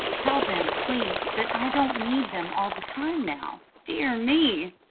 tell them, please, that i don't need them all the time now. dear me,